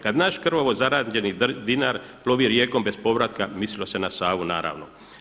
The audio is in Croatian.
Kad naš krvavo zarađeni dinar plovi rijekom bez povratka mislilo se na Savu naravno.